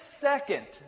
second